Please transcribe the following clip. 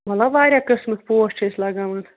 مطلب واریاہ قٕسمٕکۍ پوش چھِ أسۍ لگاوان